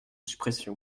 suppression